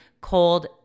cold